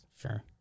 Sure